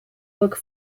look